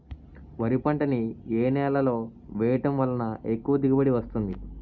వరి పంట ని ఏ నేలలో వేయటం వలన ఎక్కువ దిగుబడి వస్తుంది?